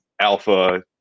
alpha